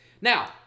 Now